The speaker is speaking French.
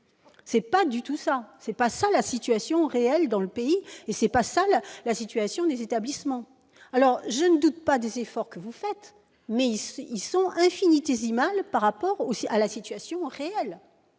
et des EHPAD. Ce n'est pas la situation réelle dans le pays ; ce n'est pas la situation de ces établissements ! Je ne doute pas des efforts que vous faites, mais ils sont infinitésimaux par rapport à la situation réelle.